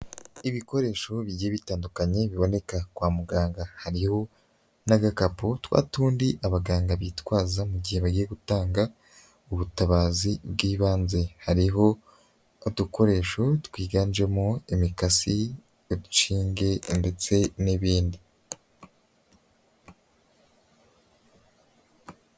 Ibikoresho bigiye bitandukanye biboneka kwa muganga, hariyo n'agakapu twa tundi abaganga bitwaza mu gihe bagiye gutanga ubutabazi bw'ibanze, hariho udukoresho twiganjemo imikasi inshinge ndetse n'ibindi.